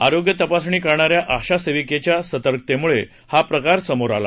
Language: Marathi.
आरोग्य तपासणी करणाऱ्या आशा सेविकेच्या सतर्कतेमुळे हा प्रकार समोर आला